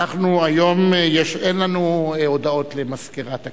היום אין הודעות למזכירת הכנסת,